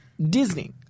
Disney